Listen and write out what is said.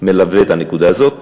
מלווה את הנקודה הזאת,